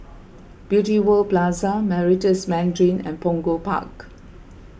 Beauty World Plaza Meritus Mandarin and Punggol Park